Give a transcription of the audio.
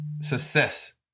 success